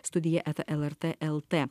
studija eta lrt lt